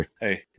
hey